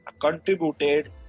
contributed